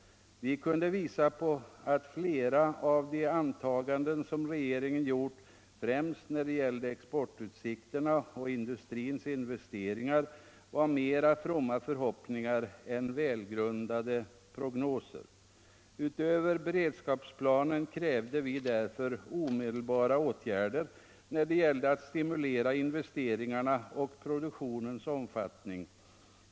Vi kunde påvisa att flera av de antaganden som regeringen gjort, främst när det gällde exportutsikterna och industrins investeringar, mera var fromma förhoppningar än välgrundade prognoser. Utöver beredskapsplanen krävde vi därför omedelbara åtgärder för att stimulera investeringarna och produktionens omfattning.